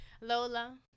lola